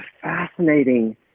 fascinating